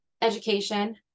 education